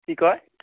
কি কয়